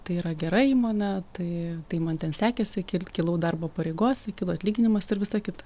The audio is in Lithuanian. tai yra gera įmonė tai tai man ten sekėsi kilt kilau darbo pareigose kilo atlyginimas ir visa kita